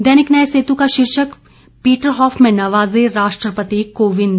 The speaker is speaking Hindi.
दैनिक न्याय सेतु का शीर्षक पीटरहाफ में नवाजे राष्ट्रपति कोविंद